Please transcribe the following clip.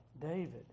David